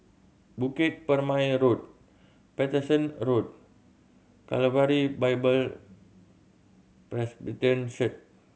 Bukit Purmei Road Paterson Road Calvary Bible Presbyterian Church